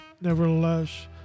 nevertheless